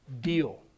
deal